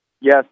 Yes